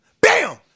Bam